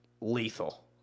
lethal